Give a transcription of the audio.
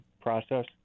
process